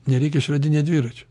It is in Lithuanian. nereikia išradinėt dviračio